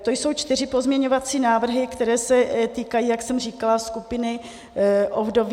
To jsou čtyři pozměňovací návrhy, které se týkají, jak jsem říkala, skupiny ovdovělých.